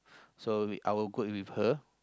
so we I'll group with her